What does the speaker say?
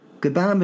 Goodbye